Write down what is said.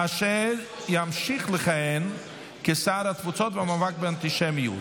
אשר ימשיך לכהן כשר התפוצות והמאבק באנטישמיות,